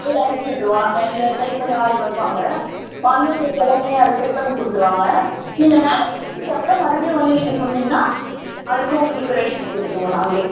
இல்லை அனுப்பி விட்டிருவோம் நாங்கள் எங்கள் சைட்லருந்து ஆள் வருவாங்க வந்து உங்களுக்கு எல்லாமே அது செட் பண்ணி கொடுத்துருவாங்க நீங்கள் மேலே கட்டினப்புறம் மறுபடியும் வந்து நீங்கள் சொன்னீங்கன்னா அதுக்கும் உங்களுக்கு ரெடி பண்ணி கொடுத்துருவோம் நாங்களே